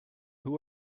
who